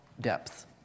depth